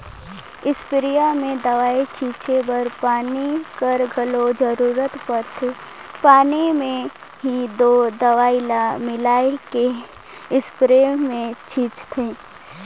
sprayer में दवई छींचे बर पानी कर घलो जरूरत परथे पानी में ही दो दवई ल मेराए के इस्परे मे छींचथें